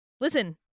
listen